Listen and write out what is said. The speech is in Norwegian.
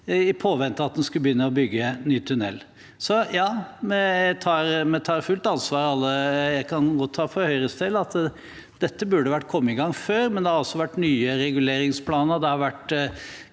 i påvente av at en skulle begynne å bygge ny tunnel. Så ja, vi tar fullt ansvar. Jeg kan for Høyres del godta at dette burde vært kommet i gang før, men det har altså vært nye reguleringsplaner,